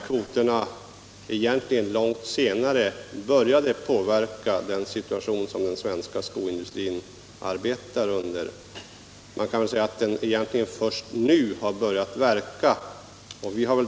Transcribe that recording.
Kvoterna började först långt senare påverka den situation som den svenska skoindustrin befinner sig i. Egentligen har de börjat verka först nu.